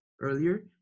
earlier